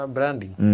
Branding